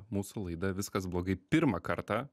mūsų laida viskas blogai pirmą kartą